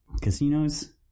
casinos